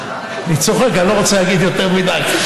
אני צוחק, אני לא רוצה להגיד יותר מדי.